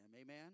Amen